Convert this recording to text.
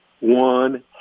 one